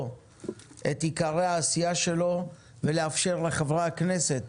את עיקרי העשייה שלו ולאפשר לחברי הכנסת